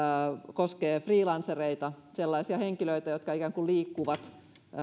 koskee freelancereita sellaisia henkilöitä jotka ikään kuin liikkuvat